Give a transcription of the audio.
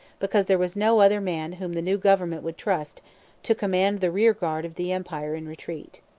because there was no other man whom the new government would trust to command the rearguard of the empire in retreat.